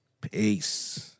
Peace